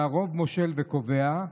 שהרוב מושל וקובע,